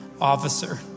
officer